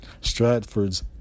Stratford's